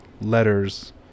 letters